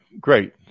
great